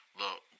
look